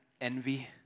envy